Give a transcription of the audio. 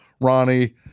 Ronnie